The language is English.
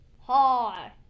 hi